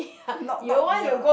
not not ya